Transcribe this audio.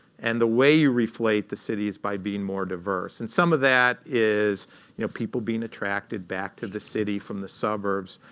and the way you reflate the city is by being more diverse. and some of that is you know people being attracted back to the city from the suburbs.